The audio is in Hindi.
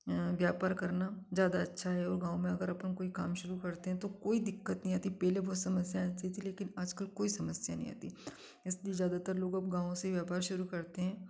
व्यापार करना ज़्यादा अच्छा है और गाँव में अगर अब हम कोई काम शुरू करते हैं तो कोई दिक्कत नहीं आती पहले बहुत समस्या आती थी लेकिन आजकल कोई समस्या नहीं आती इसलिए ज़्यादातर लोग अब गाँव से ही व्यापार शुरू करते हैं